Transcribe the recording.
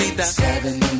Seven